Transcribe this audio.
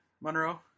monroe